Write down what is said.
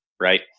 Right